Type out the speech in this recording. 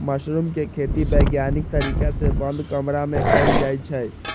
mushroom के खेती वैज्ञानिक तरीका से बंद कमरा में कएल जाई छई